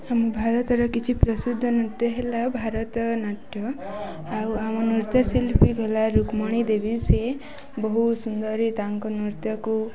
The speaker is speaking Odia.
ଆମ ଭାରତର କିଛି ପ୍ରସିଦ୍ଧ ନୃତ୍ୟ ହେଲା ଭାରତ ନାଟ୍ୟ ଆଉ ଆମ ନୃତ୍ୟଶିଳ୍ପୀ ହେଲା ରୁକ୍ମଣୀ ଦେବୀ ସିଏ ବହୁ ସୁନ୍ଦରୀ ତାଙ୍କ ନୃତ୍ୟକୁ